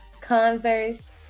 Converse